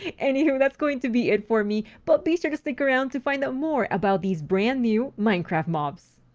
anyhoo, that's going to be it for me. but be sure to stick around to find out more about these brand new minecraft mobs.